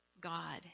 God